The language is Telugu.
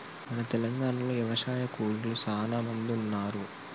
మన తెలంగాణలో యవశాయ కూలీలు సానా మంది ఉన్నారు